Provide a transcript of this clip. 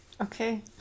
okay